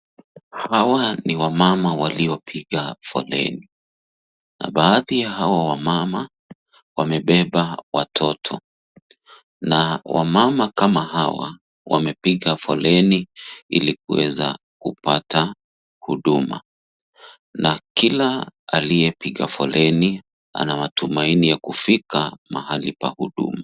Hawa ni wamama waliopiga foleni na baadhi ya hao wamama wamebeba watoto na wamama kama hawa wamepiga foleni ili kuweza kupata huduma na kila aliyepiga foleni ana matumaini ya kufika mahali pa huduma.